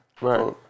Right